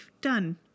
done